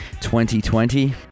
2020